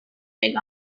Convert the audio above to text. big